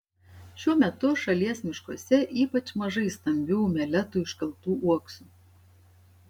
šiuo metu šalies miškuose ypač mažai stambių meletų iškaltų uoksų